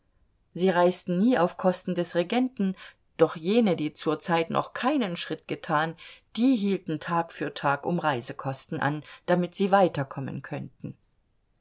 sie reisten nie auf kosten des regenten doch jene die zur zeit noch keinen schritt getan die hielten tag für tag um reisekosten an damit sie weiterkommen könnten